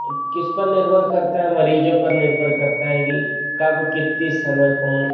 किस पर निर्भर करता है मरीज़ों पर निर्भर करता है कि कब कितने समय कौन